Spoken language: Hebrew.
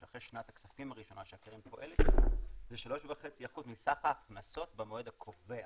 אחרי שנת הכספים הראשונה שהקרן פועלת זה 3.5% מסך ההכנסות במועד הקובע.